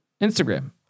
Instagram